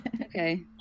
Okay